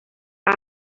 han